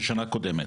של שנה קודמת.